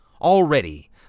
Already